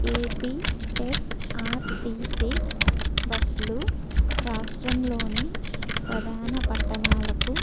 APSRTC బస్సులు రాష్ట్రంలోని ప్రధాన పట్టణాలకు